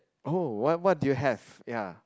oh what what do you have ya